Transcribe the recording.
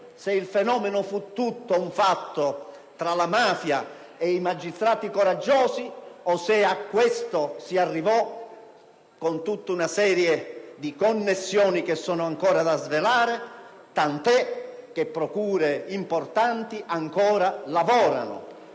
se il fenomeno fu tutto un fatto tra la mafia e i magistrati coraggiosi o se a questo si arrivò con tutta una serie di connessioni che sono ancora da svelare, tant'è che procure importanti stanno ancora lavorando.